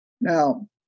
Now